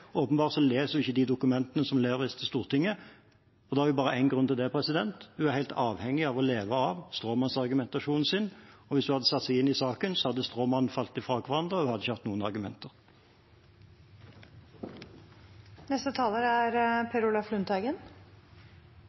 åpenbart leser hun ikke de dokumentene som leveres til Stortinget. Da har hun bare én grunn til det: Hun er helt avhengig av å leve av stråmannsargumentasjonen sin. Hvis hun hadde satt seg inn i saken, hadde stråmannen falt fra hverandre, og hun hadde ikke hatt noen